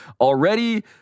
already